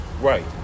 Right